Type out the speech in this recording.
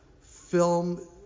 film